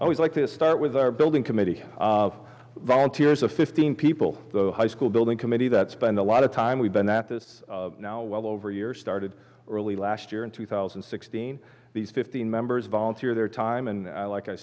always like to start with our building committee volunteers of fifteen people the high school building committee that spend a lot of time we've been at this now well over a year started early last year in two thousand and sixteen these fifteen members volunteer their time and i like i